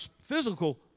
physical